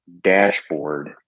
dashboard